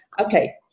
Okay